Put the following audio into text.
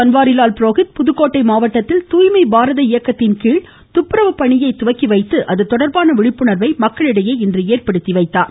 பன்வாரிலால் புரோஹித் புதுக்கோட்டை மாவட்டத்தில் தூய்மை பாரத இயக்கத்தின் கீழ் துப்புரவு பணியை துவ்கிக வைதது அதுதொடா்பான விழிப்புணாவை மக்களிடையே ஏற்படுத்தி வைத்தார்